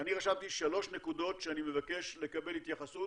אני רשמתי שלוש נקודות שאני מבקש לקבל התייחסות